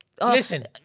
Listen